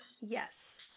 Yes